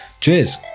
Cheers